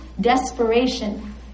desperation